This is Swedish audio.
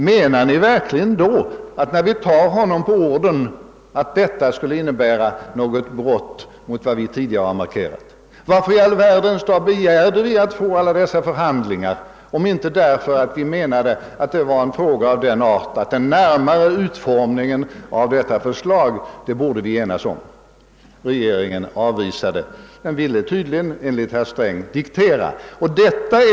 Menar ni verkligen, herr finansminister, att det innebär ett brott mot vad vi tidigare markerat som vår uppfattning, när vi då tar honom på orden? Varför i all världens dar begärde vi alla dessa förhandlingar, om vi inte menade att detta var en fråga av den art att den närmare utformningen av förslaget borde göras i enighet? Regeringen avvisade våra förslag; man ville tydligen enligt herr Sträng själv diktera besluten.